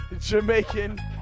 Jamaican